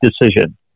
decision